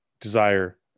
desire